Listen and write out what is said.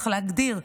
צריך להגדיר,